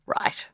Right